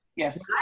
Yes